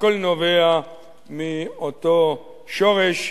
הכול נובע מאותו שורש.